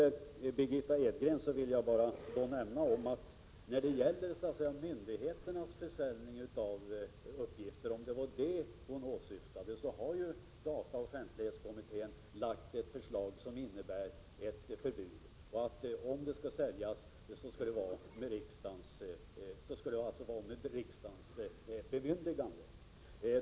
För Margitta Edgren vill jag bara nämna att när det gäller myndigheternas försäljning av uppgifter — om det var det hon åsyftade — har dataoch offentlighetskommittén lagt fram ett förslag som innebär ett förbud och att riksdagen skall ge sitt bemyndigande vid försäljning.